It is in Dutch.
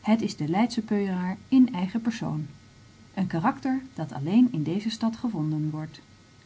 het is de leidsche peuëraar in eigen persoon een karakter dat alleen in deze stad gevonden wordt